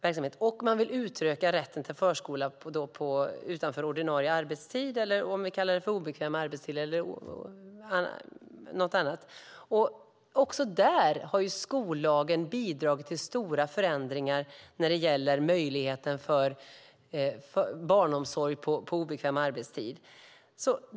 Man vill också utöka rätten till förskola utanför ordinarie arbetstid, på obekväm tid, eller vad man vill kalla det. Också där har skollagen bidragit till stora förändringar när det gäller möjligheten till barnomsorg på obekväm arbetstid.